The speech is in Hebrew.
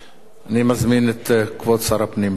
אני מזמין את כבוד שר הפנים, בבקשה, אדוני,